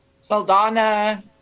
Saldana